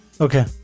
Okay